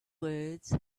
words